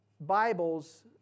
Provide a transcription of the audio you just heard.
Bibles